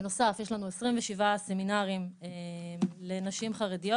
בנוסף יש לנו 27 סמינרים לנשים חרדיות,